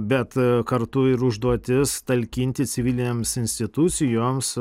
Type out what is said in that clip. bet kartu ir užduotis talkinti civilinėms institucijoms